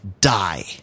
die